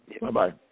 Bye-bye